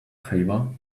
favor